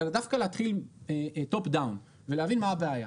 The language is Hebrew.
אלא דווקא להתחיל טופ דאון ולהבין מה הבעיה.